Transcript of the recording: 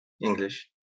English